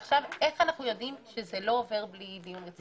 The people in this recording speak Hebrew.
איך אנחנו יודעים שזה לא עובר בלי דיון רציני?